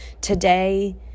today